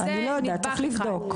אני לא יודעת, צריך לבדוק.